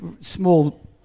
small